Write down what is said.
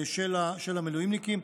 של המילואימניקים.